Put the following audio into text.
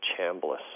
Chambliss